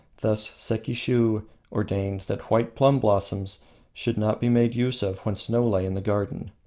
thus sekishiu ordained that white plum blossoms should not be made use of when snow lay in the garden.